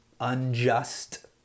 unjust